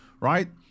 right